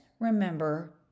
remember